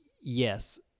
yes